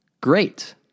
Great